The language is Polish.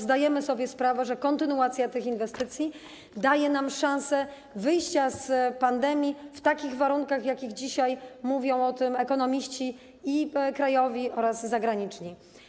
Zdajemy sobie sprawę, że kontynuacja tych inwestycji daje nam szansę wyjścia z pandemii w takich warunkach, o jakich dzisiaj mówią ekonomiści krajowi oraz zagraniczni.